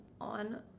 on